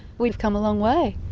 we've come a long way.